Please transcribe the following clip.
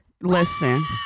Listen